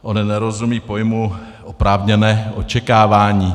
On nerozumí pojmu oprávněné očekávání.